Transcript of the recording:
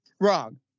Wrong